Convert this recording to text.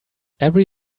every